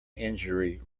injury